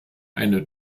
eine